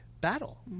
battle